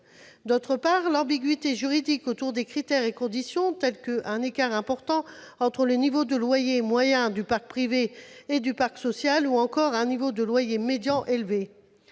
D'autre part, l'ambiguïté juridique autour des critères et conditions- « un écart important entre le niveau de loyer moyen du parc privé et du parc social » ou encore « un niveau de loyer médian élevé